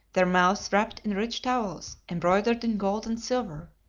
their mouths wrapped in rich towels embroidered in gold and silver,